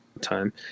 time